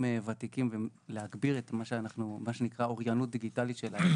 ותיקים להגביר את מה שנקרא האוריינות הדיגיטלית שלהם.